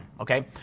Okay